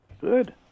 Good